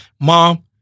Mom